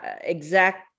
exact